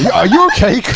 yeah you okay,